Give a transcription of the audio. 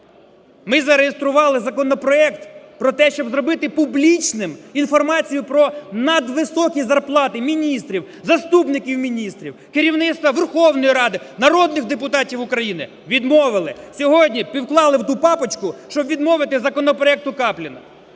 Ми зареєстрували законопроект про те, щоб зробити публічним інформацію про надвисокі зарплати міністрів, заступників міністрів, керівництва Верховної Ради, народних депутатів України. Відмовили. Сьогодні підклали в ту папочку, щоб відмовити законопроекту Капліна.